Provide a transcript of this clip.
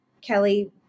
Kelly